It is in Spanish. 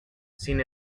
sin